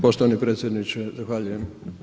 Poštovani predsjedniče zahvaljujem.